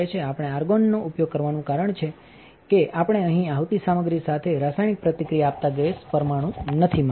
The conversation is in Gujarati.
આપણે આર્ગોનનો ઉપયોગ કરવાનું કારણ છે કારણ કે આપણે અહીં આવતી સામગ્રી સાથે રાસાયણિક પ્રતિક્રિયા આપતા ગેસ પરમાણુ નથી માંગતા